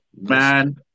Man